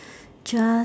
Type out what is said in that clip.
just